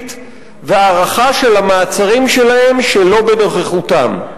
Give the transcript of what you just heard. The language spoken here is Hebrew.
שיפוטית והארכה של המעצרים שלהם שלא בנוכחותם.